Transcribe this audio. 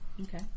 Okay